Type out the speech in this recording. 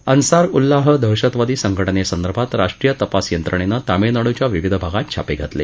अन्सारउल्लाह दहशतवादी संघटनेसंदर्भात राष्ट्रीय तपास यंत्रणेनं तामिळनाडूच्या विविध भागात छापे घातले